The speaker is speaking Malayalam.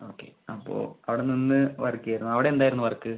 ഓക്കെ അപ്പോൾ അവിടെ നിന്ന് വർക്ക് ചെയ്തോ അവിടെ എന്തായിരുന്നു വർക്ക്